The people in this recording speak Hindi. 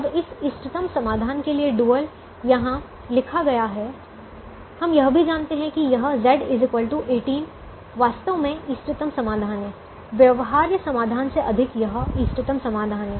अब इस इष्टतम समाधान के लिए डुअल यहाँ लिखा गया है हम यह भी जानते हैं कि यह Z 18 वास्तव में इष्टतम समाधान है व्यवहार्य समाधान से अधिक यह इष्टतम समाधान है